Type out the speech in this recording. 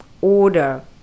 order